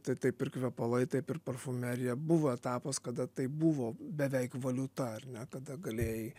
tai taip ir kvepalai taip ir parfumerija buvo etapas kada tai buvo beveik valiuta ar ne kada galėjai